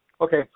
Okay